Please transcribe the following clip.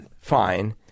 fine